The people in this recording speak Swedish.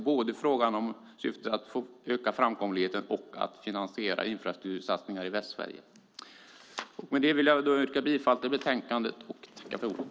Syftet är att öka framkomligheten och att finansiera infrastruktursatsningar i Västsverige. Med det vill jag yrka bifall till förslaget i betänkandet.